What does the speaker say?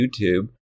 YouTube